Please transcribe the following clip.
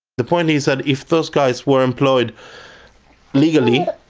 the point is that if those guys were employed legally,